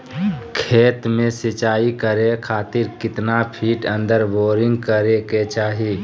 खेत में सिंचाई करे खातिर कितना फिट अंदर बोरिंग करे के चाही?